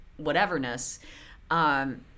whateverness